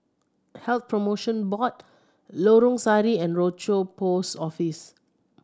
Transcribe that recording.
Health Promotion Board Lorong Sari and Rochor Post Office